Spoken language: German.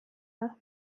nach